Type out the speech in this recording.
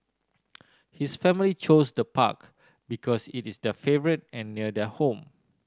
his family chose the park because it is their favourite and near their home